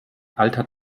alter